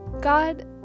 God